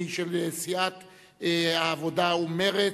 התשע"ב 2012,